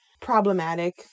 problematic